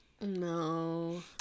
No